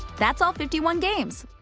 that's all fifty one games!